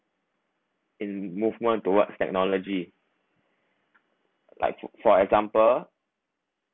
in movement towards technology like for example